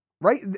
Right